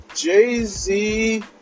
Jay-Z